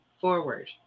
forward